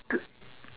to